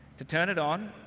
to turn it on,